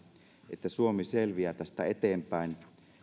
että suomi selviää tästä eteenpäin